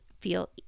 feel